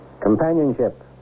Companionship